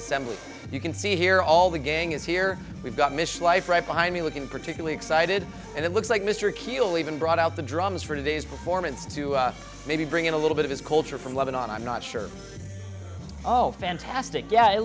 assembly you can see here all the gang is here we've got mission life right behind me looking particularly excited and it looks like mr keelty even brought out the drums for today's performance to maybe bring in a little bit of his culture from lebanon i'm not sure oh fantastic yeah it